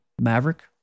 Maverick